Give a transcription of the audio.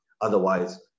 Otherwise